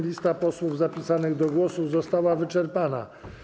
Lista posłów zapisanych do głosu została wyczerpana.